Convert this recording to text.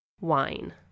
wine